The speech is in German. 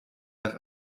nach